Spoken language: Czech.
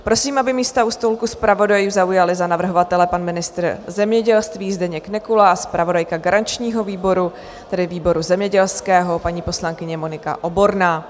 Prosím, aby místa u stolku zpravodajů zaujali za navrhovatele pan ministr zemědělství Zdeněk Nekula a zpravodajka garančního výboru, tedy výboru zemědělského, paní poslankyně Monika Oborná.